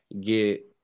get